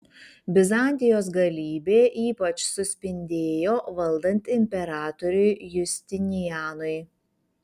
bizantijos galybė ypač suspindėjo valdant imperatoriui justinianui